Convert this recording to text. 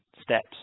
steps